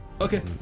Okay